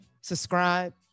Subscribe